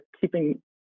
keeping